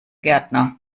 gärtner